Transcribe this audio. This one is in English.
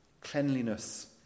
cleanliness